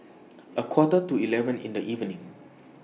A Quarter to eleven in The evening